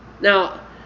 Now